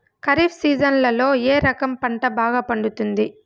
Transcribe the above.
ఖరీఫ్ సీజన్లలో ఏ రకం పంట బాగా పండుతుంది